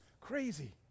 crazy